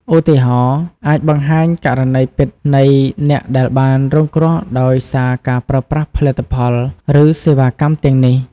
ឧទាហរណ៍ អាចបង្ហាញករណីពិតនៃអ្នកដែលបានរងគ្រោះដោយសារការប្រើប្រាស់ផលិតផល ឬសេវាកម្មទាំងនេះ។